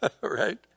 right